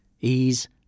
ease